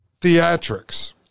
theatrics